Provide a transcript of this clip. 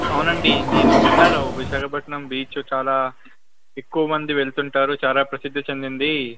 అవునండి నేను విన్నాను విశాఖపట్నం బీచ్ చాలా ఎక్కువ మంది వెళుతుంటారు చాలా ప్రసిద్ధి చెందింది